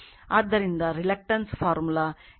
ಆದ್ದರಿಂದ reluctance formula LA Aµ0µr A